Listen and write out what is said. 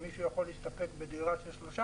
אם מישהו יכול להסתפק בדירה של שלושה